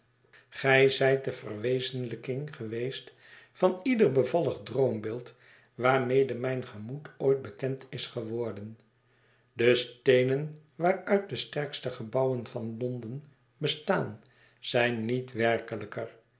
gij zijt de verwezenlijking geweest van ieder bevallig droombeeld waarmede mijn gemoed ooit bekend is geworden de steenen waaruit de sterkste gebouwen van l o n d e n bestaan zijn niet werkelyker